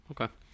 Okay